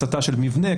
בהצתה של מבנה,